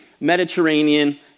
Mediterranean